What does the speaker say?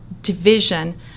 division